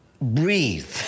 breathe